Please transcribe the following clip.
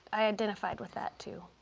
i identified with that too.